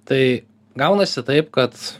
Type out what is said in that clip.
tai gaunasi taip kad